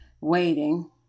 waiting